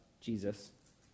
Jesus